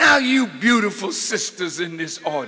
now you beautiful sisters in this